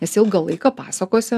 nes ilgą laiką pasakose